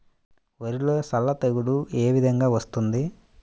వరిలో సల్ల తెగులు ఏ విధంగా వస్తుంది?